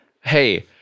Hey